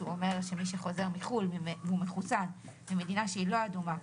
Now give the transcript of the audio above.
שהוא אומר שמי שחוזר מחו"ל והוא מחוסן, ממדינה שהיא לא אדומה,